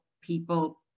people